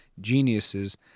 geniuses